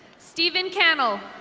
steven canal.